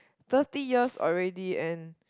thirty years already and